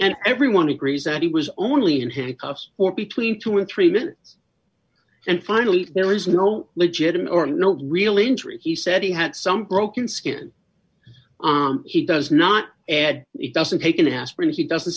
and everyone agrees that he was only in handcuffs or between two or three minutes and finally there is no legitimate or not real injury he said he had some broken skin he does not add it doesn't take an aspirin he doesn't